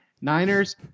Niners